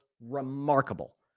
remarkable